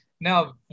Now